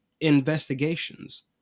investigations